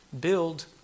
Build